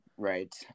Right